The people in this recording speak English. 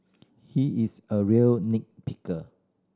he is a real nit picker